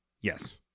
Yes